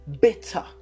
better